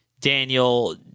Daniel